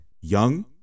young